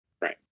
Right